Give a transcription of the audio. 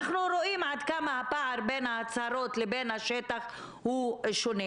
אנחנו רואים עד כמה הפער בין ההצהרות ובין השטח הוא גדול.